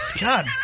God